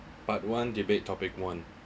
part one debate topic one